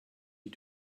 you